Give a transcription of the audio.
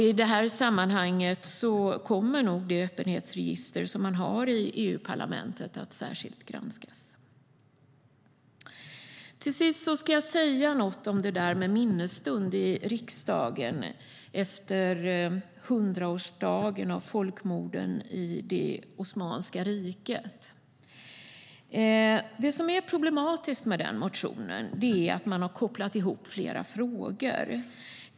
I det sammanhanget kommer nog det öppenhetsregister som man har i EU-parlamentet att särskilt granskas. Det som är problematiskt med den motionen är att man har kopplat ihop flera frågor.